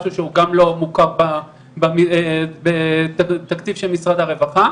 משהו שהוא גם לא מוכר בתקציב של משרד הרווחה.